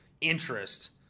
interest